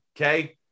Okay